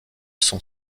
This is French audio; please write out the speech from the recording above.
sont